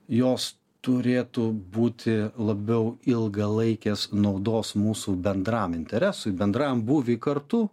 jos turėtų būti labiau ilgalaikės naudos mūsų bendram interesui bendram būviui kartu